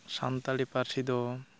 ᱥᱟᱱᱛᱟᱲᱤ ᱯᱟᱹᱨᱥᱤ ᱫᱚ